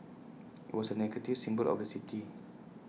was A negative symbol of the city